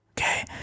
okay